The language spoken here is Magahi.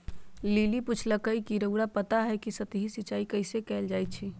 लिली पुछलई ह कि रउरा पता हई कि सतही सिंचाई कइसे कैल जाई छई